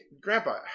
Grandpa